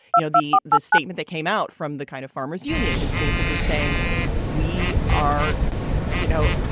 you know, the the statement that came out from the kind of farmers union is basically saying we are you know,